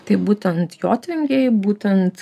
tai būtent jotvingiai būtent